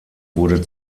wurde